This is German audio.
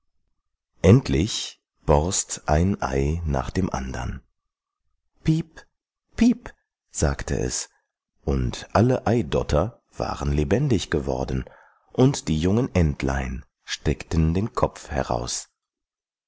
endlich borst ein ei nach dem andern piep piep sagte es und alle eidotter waren lebendig geworden und die jungen entlein steckten den kopf her